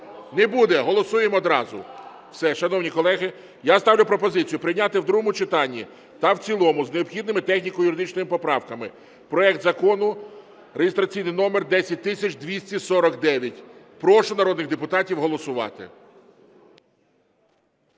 Не буде, голосуємо одразу. Все, шановні колеги. Я ставлю пропозицію прийняти в другому та в цілому з необхідними техніко-юридичними поправками проект Закону реєстраційний номер 10249. Прошу народних депутатів голосувати.